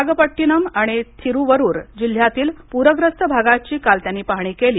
नागपट्टिनम आणि थीरुवरूर जिल्ह्यातील पूरग्रस्त भागाची काल त्यांनी पाहणी केली